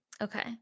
Okay